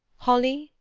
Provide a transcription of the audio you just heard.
holly,